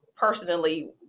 personally